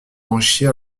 enrichir